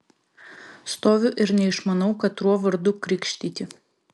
stoviu ir neišmanau katruo vardu krikštyti